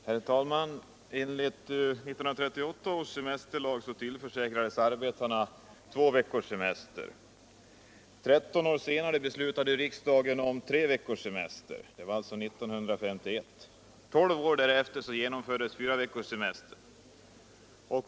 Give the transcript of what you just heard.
Herr talman! Enligt 1938 års semesterlag tillförsäkrades arbetarna två veckors semester. Tretton år senare, alltså 1951, beslöt riksdagen om tre veckors semester. Tolv år därefter genomfördes fyraveckorssemestern.